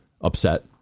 upset